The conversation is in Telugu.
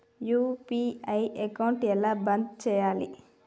యూ.పీ.ఐ అకౌంట్ ఎలా బంద్ చేయాలి?